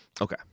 Okay